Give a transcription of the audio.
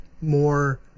more